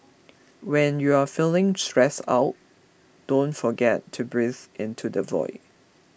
when you are feeling stressed out don't forget to breathe into the void